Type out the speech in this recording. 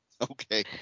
Okay